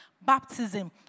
Baptism